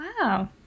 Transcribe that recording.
Wow